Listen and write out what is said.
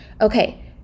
okay